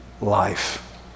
life